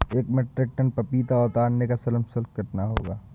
एक metric tonne पपीता उतारने का श्रम शुल्क कितना होगा?